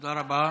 תודה רבה.